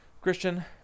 christian